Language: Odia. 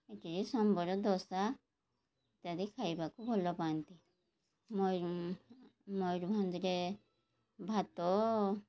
ଏଠି ସମ୍ବର ଦୋସା ଇତ୍ୟାଦି ଖାଇବାକୁ ଭଲ ପାଆନ୍ତି ମୟୂରଭଞ୍ଜରେ ଭାତ